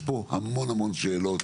יש פה המון המון שאלות,